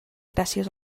gràcies